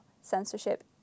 censorship